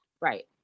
right